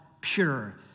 Pure